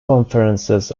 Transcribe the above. conferences